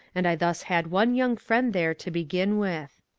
and i thus had one young friend there to begin with.